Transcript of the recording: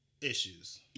issues